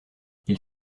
ils